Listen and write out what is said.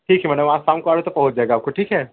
ठीक है मैडम आज शाम को ऑर्डर सब पहुँच जाएगा आपको ठीक है